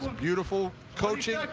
so beautiful coaching,